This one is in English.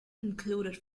included